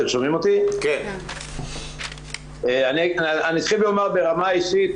אני אתחיל ואומר ברמה האישית,